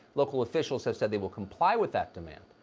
local officials said said they will comply with that demand.